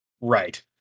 Right